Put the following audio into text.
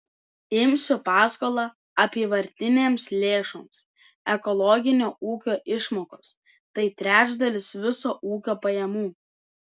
imsiu paskolą apyvartinėms lėšoms ekologinio ūkio išmokos tai trečdalis viso ūkio pajamų